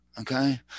okay